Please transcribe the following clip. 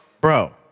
Bro